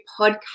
podcast